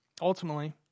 Ultimately